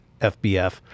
fbf